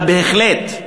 לא אולי אלא בהחלט,